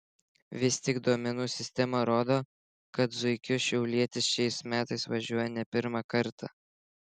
vis tik duomenų sistema rodo kad zuikiu šiaulietis šiais metais važiuoja ne pirmą kartą